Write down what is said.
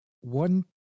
One